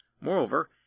Moreover